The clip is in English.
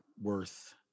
worth